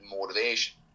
motivation